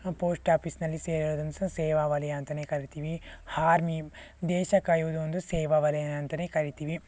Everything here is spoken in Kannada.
ಪೋಸ್ಟ್ ಆಪೀಸ್ನಲ್ಲಿ ಸೇರುವಂತ ಸೇವಾವಲಯ ಅಂತನೇ ಕರಿತೀವಿ ಹಾರ್ಮಿ ದೇಶ ಕಾಯೋದು ಒಂದು ಸೇವಾವಲಯ ಅಂತನೇ ಕರಿತೀವಿ